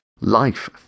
life